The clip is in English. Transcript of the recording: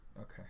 Okay